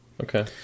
Okay